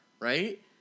right